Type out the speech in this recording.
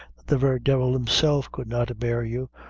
that the very devil himself could not bear you,